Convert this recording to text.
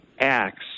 acts